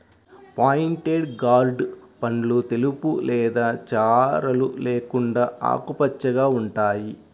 pointed gourd పండ్లు తెలుపు లేదా చారలు లేకుండా ఆకుపచ్చగా ఉంటాయి